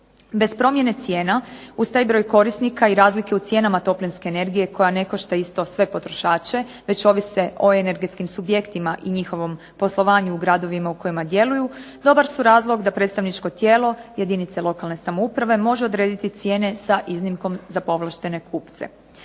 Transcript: Bez promjene cijena uz taj broj korisnika i razlike u cijenama toplinske energije koja ne košta isto sve potrošače već ovise o energetskim subjektima i njihovom poslovanju u gradovima u kojima djeluju dobar su razlog da predstavničko tijelo jedinice lokalne samouprave može odrediti cijene sa iznimkom za povlaštene kupce.